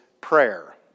prayer